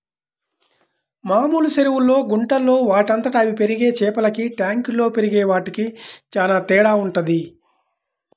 మామూలు చెరువుల్లో, గుంటల్లో వాటంతట అవే పెరిగే చేపలకి ట్యాంకుల్లో పెరిగే వాటికి చానా తేడా వుంటది